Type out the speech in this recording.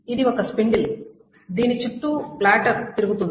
ఇది ఒక స్పిన్డిల్ దీని చుట్టూ ప్లాటర్ తిరుగుతుంది